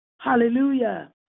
Hallelujah